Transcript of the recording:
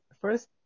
first